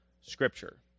Scripture